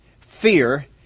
Fear